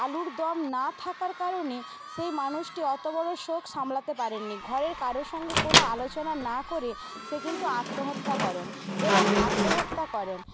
আলুর দাম না থাকার কারণে সেই মানুষটি অত বড়ো শোক সামলাতে পারেননি ঘরের কারোর সঙ্গে কোনও আলোচনা না করে সে কিন্তু আত্মহত্যা করেন এবং আত্মহত্যা করেন